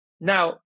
Now